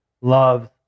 loves